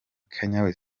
kanye